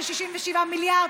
של 67 מיליארד,